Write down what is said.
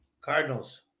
Cardinals